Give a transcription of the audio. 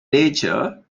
nature